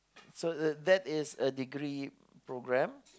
so the that is a degree program